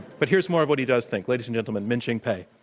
but here's more of what he does think. ladies and gentlemen, minxin pei.